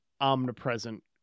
omnipresent